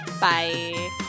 Bye